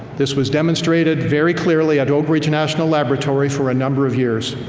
this was demonstrated very clearly at oak ridge national laboratory for a number of years.